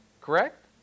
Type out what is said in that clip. correct